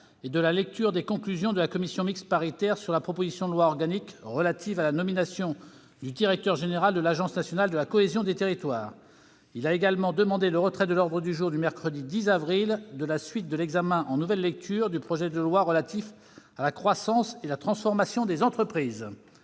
et de la lecture des conclusions de la commission mixte paritaire sur la proposition de loi organique relative à la nomination du directeur général de l'Agence nationale de la cohésion des territoires. Il a également demandé le retrait de l'ordre du jour du mercredi 10 avril de la suite de l'examen en nouvelle lecture du projet de loi relatif à la croissance et la transformation des entreprises.